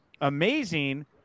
amazing